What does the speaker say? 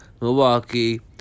Milwaukee